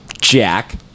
Jack